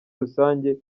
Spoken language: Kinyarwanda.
rusange